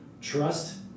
Trust